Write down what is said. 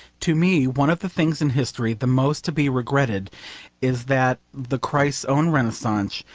to me one of the things in history the most to be regretted is that the christ's own renaissance,